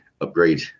upgrade